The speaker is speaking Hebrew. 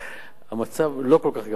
לא כל כך גרוע.